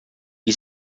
qui